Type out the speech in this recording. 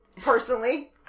personally